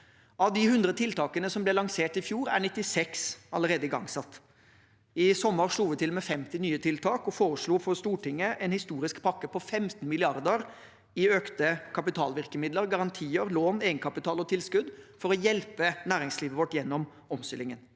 Av de 100 tiltakene som ble lansert i fjor, er 96 allerede igangsatt. I sommer slo vi til med 50 nye tiltak og foreslo for Stortinget en historisk pakke på 15 mrd. kr i økte kapitalvirkemidler, garantier, lån, egenkapital og tilskudd for å hjelpe næringslivet vårt gjennom omstillingen.